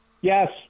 Yes